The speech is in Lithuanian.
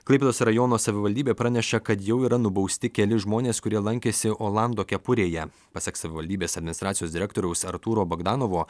klaipėdos rajono savivaldybė praneša kad jau yra nubausti keli žmonės kurie lankėsi olando kepurėje pasak savivaldybės administracijos direktoriaus artūro bogdanovo